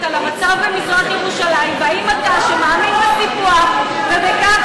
על המצב במזרח-ירושלים, לא על הטרור, על המצב